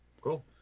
cool